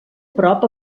prop